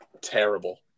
Terrible